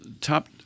top